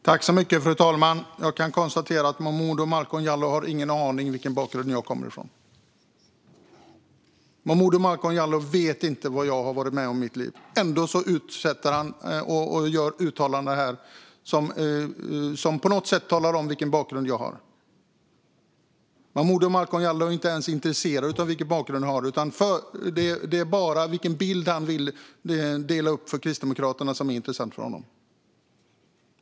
Fru talman! Jag kan konstatera att Momodou Malcolm Jallow inte har en aning om vilken bakgrund jag kommer från. Momodou Malcolm Jallow vet inte vad jag har varit med om i mitt liv. Ändå gör han uttalanden här som på något sätt talar om vilken bakgrund jag har. Momodou Malcolm Jallow är inte ens intresserad av vilken bakgrund jag har - det är bara den bild av Kristdemokraterna som han vill måla upp som är intressant för honom.